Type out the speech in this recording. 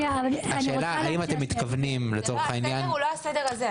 הסדר הזה הוא לא הסדר הזה,